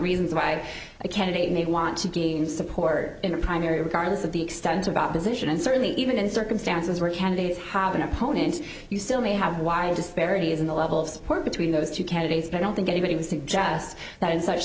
reasons why a candidate may want to gain support in a primary regardless of the extent of opposition and certainly even in circumstances where candidates have been opponents you still may have wide disparities in the level of support between those two candidates and i don't think anybody would suggest that in such